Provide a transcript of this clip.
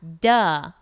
duh